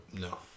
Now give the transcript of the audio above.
No